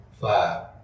five